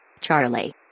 Charlie